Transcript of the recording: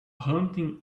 hunting